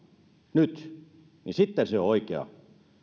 nyt niin sitten se on oikea